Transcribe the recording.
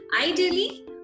ideally